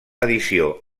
edició